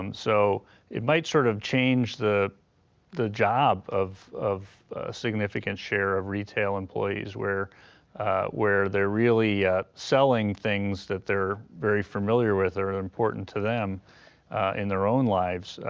um so it might sort of change the the job of of significant share of retail employees, where where they're really selling things that they're very familiar with or are important to them in their own lives,